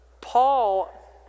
Paul